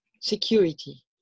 Security